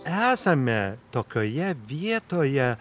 esame tokioje vietoje